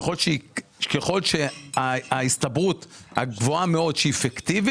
ככל שההסתברות הגבוהה מאוד היא שהיא פיקטיבית.